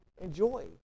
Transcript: enjoy